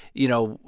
you know,